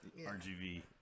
RGV